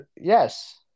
yes